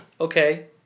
Okay